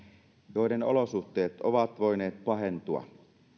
joiden olosuhteet ovat voineet pahentua